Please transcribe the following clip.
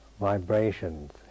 vibrations